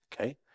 Okay